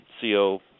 CO